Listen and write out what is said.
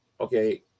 okay